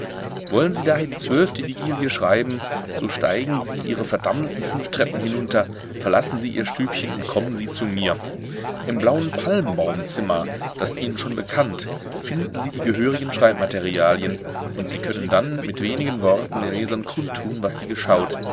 wollen sie daher die zwölfte vigilie schreiben so steigen sie ihre verdammten fünf treppen hinunter verlassen sie ihr stübchen und kommen sie zu mir im blauen palmbaumzimmer das ihnen schon bekannt finden sie die gehörigen schreibmaterialien und sie können dann mit wenigen worten den lesern kund tun was sie geschaut